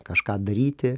kažką daryti